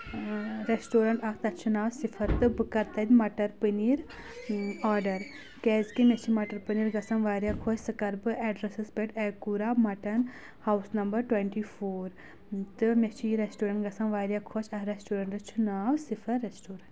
restaurant اکھ تَتھ چھُ ناو صِفر تہٕ بہٕ کَرٕ تتہِ مٹر پٔنیٖر آرڈر کیازکہِ مےٚ چھِ مٹر پنیٖر گژھان واریاہ خۄش سُہ کَرٕ بہٕ ایڈرَس پؠٹھ ایکوٗرا mutton house number twenty four تہٕ مےٚ چھِ یہِ ریسٹورنٛٹ گژھان واریاہ خۄش اتھ ریسٹورنٛٹس چھُ ناو صفر ریسٹورنٛٹ